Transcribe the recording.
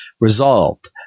Resolved